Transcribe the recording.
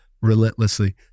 relentlessly